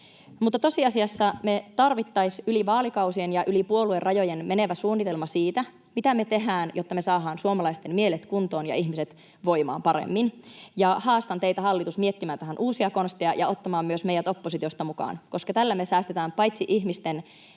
Tosiasiassa me tarvittaisiin yli vaalikausien ja yli puoluerajojen menevä suunnitelma siitä, mitä me tehdään, jotta me saadaan suomalaisten mielet kuntoon ja ihmiset voimaan paremmin. Haastan teitä, hallitus, miettimään tähän uusia konsteja ja ottamaan myös meidät oppositiosta mukaan, koska tällä paitsi saadaan poistettua ihmisten